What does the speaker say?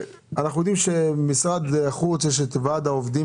ועד העובדים